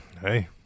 Hey